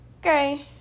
Okay